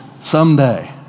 Someday